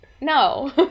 no